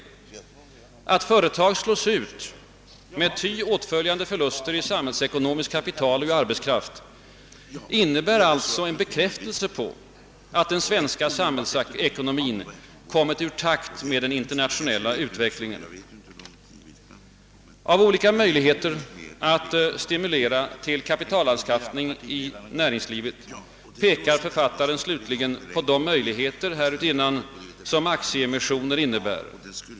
Att företag slås ut med ty åtföljande förluster i samhällsekonomiskt kapital och arbetskraft innebär alltså en bekräftelse på att den svenska samhällsekonomin kommit ur takt med den internationella utvecklingen. Av olika möjligheter att stimulera till kapitalanskaffning i näringslivet pekar författaren slutligen på de möjligheter härutinnan som aktieemissioner innebär.